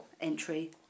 entry